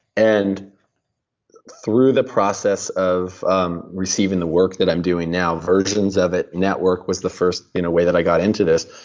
and through the process of um receiving the work that i'm doing now, versions of it, network was the first, in a way, that i got into this,